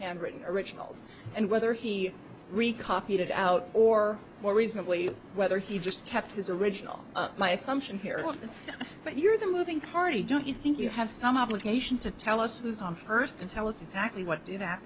handwritten originals and whether he beat it out or more reasonably whether he just kept his original my assumption here but you're the moving party don't you think you have some obligation to tell us who's on first and tell us exactly what